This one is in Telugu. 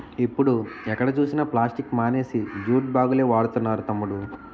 ఇప్పుడు ఎక్కడ చూసినా ప్లాస్టిక్ మానేసి జూట్ బాగులే వాడుతున్నారు తమ్ముడూ